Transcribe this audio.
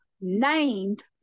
named